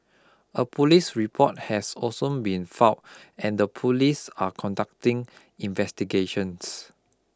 a police report has also been filed and the police are conducting investigations